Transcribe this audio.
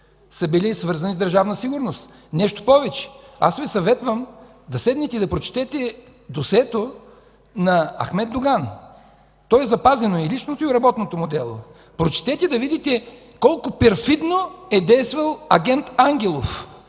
са били свързани с Държавна сигурност. Нещо повече, съветвам Ви да прочетете досието на Ахмед Доган. Запазено е и личното, и работното му дело. Прочетете, за да видите колко перфидно е действал агент Ангелов,